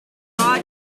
are